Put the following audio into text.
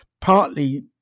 partly